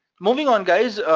moving on guys.